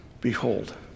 Behold